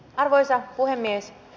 arvoisa puhemies